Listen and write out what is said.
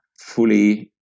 fully